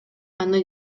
аны